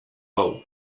hau